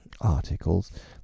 articles